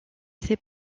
ses